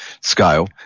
scale